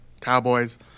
Cowboys